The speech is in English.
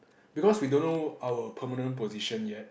because we don't know our permanent position yet